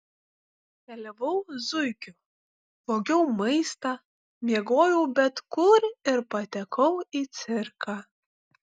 keliavau zuikiu vogiau maistą miegojau bet kur ir patekau į cirką